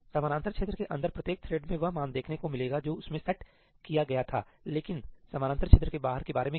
समानांतर क्षेत्र के अंदर प्रत्येक थ्रेड में वह मान देखने को मिलेगा जो उसमें सेट किया गया था लेकिन समानांतर क्षेत्र के बाहर के बारे में क्या